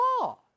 law